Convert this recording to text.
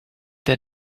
that